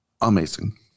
amazing